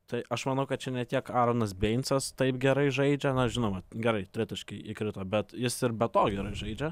tai aš manau kad čia ne tiek eronas beincas taip gerai žaidžia na žinoma gerai tritaškiai įkrito bet jis ir be to gerai žaidžia